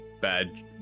bad